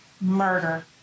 murder